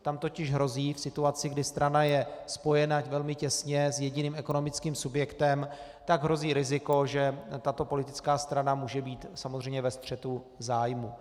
Tam totiž hrozí v situaci, kdy strana je spojena velmi těsně s jediným ekonomickým subjektem, riziko, že tato politická strana může být samozřejmě ve střetu zájmu.